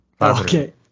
Okay